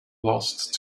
lost